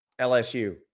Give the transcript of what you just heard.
LSU